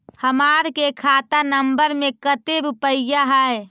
हमार के खाता नंबर में कते रूपैया है?